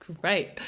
Great